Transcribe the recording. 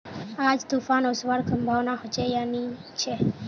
आज तूफ़ान ओसवार संभावना होचे या नी छे?